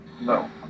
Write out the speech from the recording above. No